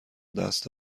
دست